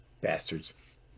Bastards